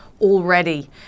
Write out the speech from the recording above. already